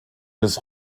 des